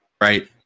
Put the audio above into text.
right